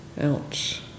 ouch